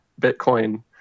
Bitcoin